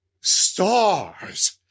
star's